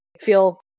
feel